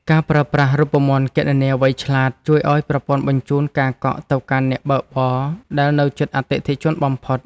ការប្រើប្រាស់រូបមន្តគណនាវៃឆ្លាត ជួយឱ្យប្រព័ន្ធបញ្ជូនការកក់ទៅកាន់អ្នកបើកបរដែលនៅជិតអតិថិជនបំផុត។